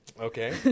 Okay